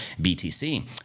BTC